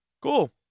Cool